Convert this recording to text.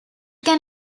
can